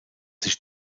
sich